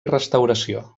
restauració